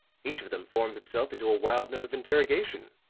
each of them forms itself into a wild note of interrogation,